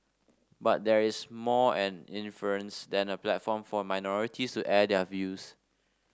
but there is more an inference than a platform for minorities to air their views